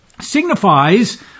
signifies